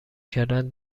کردن